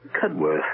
Cudworth